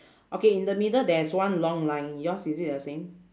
okay in the middle there is one long line yours is it the same